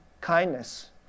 kindness